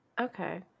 Okay